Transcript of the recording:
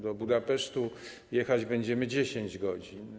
Do Budapesztu jechać będziemy 10 godzin.